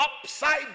upside